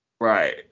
Right